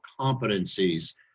competencies